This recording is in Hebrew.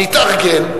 נתארגן,